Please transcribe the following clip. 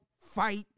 fight